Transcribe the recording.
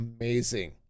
amazing